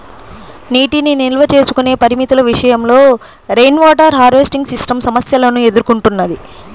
నీటిని నిల్వ చేసుకునే పరిమితుల విషయంలో రెయిన్వాటర్ హార్వెస్టింగ్ సిస్టమ్ సమస్యలను ఎదుర్కొంటున్నది